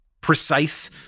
precise